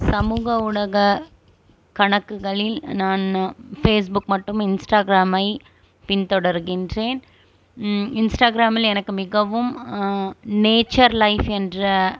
சமூக ஊடக கணக்குகளில் நான் ஃபேஸ்புக் மட்டும் இன்ஸ்டாகிராமை பின் தொடர்கின்றேன் இன்ஸ்டாகிராமில் எனக்கு மிகவும் நேச்சர் லைஃப் என்ற